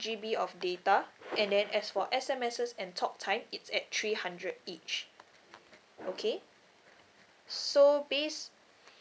G_B of data and then as for S_M_Ses and talk time it's at three hundred each okay so based